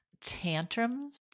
tantrums